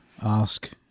Ask